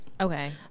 Okay